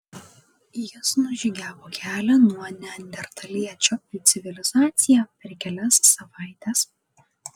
jis nužygiavo kelią nuo neandertaliečio į civilizaciją per kelias savaites